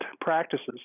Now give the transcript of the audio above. practices